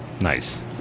Nice